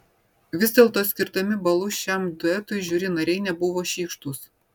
vis dėlto skirdami balus šiam duetui žiuri nariai nebuvo šykštūs